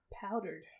powdered